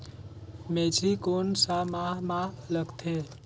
मेझरी कोन सा माह मां लगथे